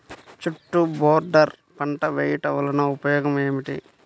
చుట్టూ బోర్డర్ పంట వేయుట వలన ఉపయోగం ఏమిటి?